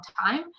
time